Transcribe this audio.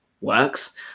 works